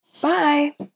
bye